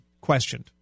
questioned